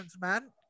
man